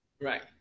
right